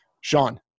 Sean